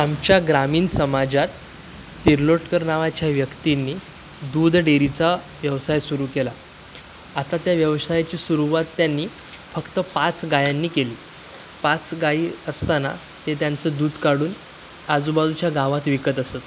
आमच्या ग्रामीण समाजात तिरलोटकर नावाच्या व्यक्तीने दूध डेअरीचा व्यवसाय सुरू केला आता त्या व्यवसायाची सुरुवात त्यांनी फक्त पाच गाईंनी केली पाच गाई असताना ते त्यांचं दूध काढून आजूबाजूच्या गावात विकत असत